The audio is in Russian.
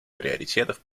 приоритетов